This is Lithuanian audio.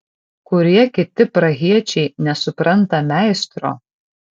kurie kiti prahiečiai nesupranta meistro